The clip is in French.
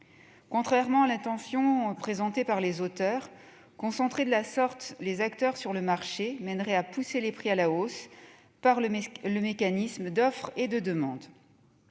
Contrairement à l'intention présentée par les auteurs, concentrer de la sorte les acteurs sur le marché mènerait à pousser les prix à la hausse par le mécanisme d'offre et de demande.